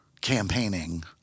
campaigning